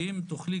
אם תוכלי,